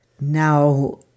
Now